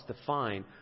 define